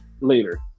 later